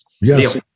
Yes